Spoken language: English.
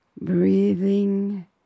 breathing